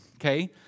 okay